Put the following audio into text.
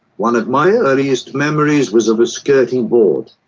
one of my earliest memories was of a skirting board.